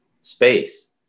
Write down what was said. space